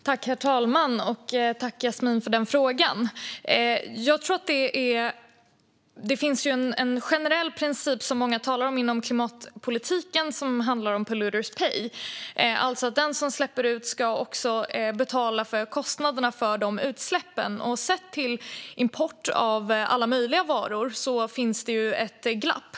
Herr talman! Tack, Yasmine, för frågan! Det finns en generell princip som många talar om inom klimatpolitiken och som kallas polluters pay, alltså att den som släpper ut också ska betala kostnaderna för utsläppen. Sett till import av alla möjliga varor finns det ett glapp.